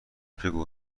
بگو